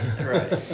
Right